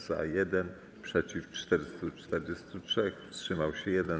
Za - 1, przeciw - 443, wstrzymał się 1.